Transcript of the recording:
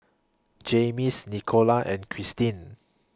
Jaymes Nicola and Christeen